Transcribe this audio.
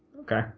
Okay